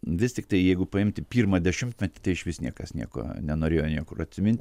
vis tiktai jeigu paimti pirmą dešimtmetį tai išvis niekas nieko nenorėjo niekur atsimint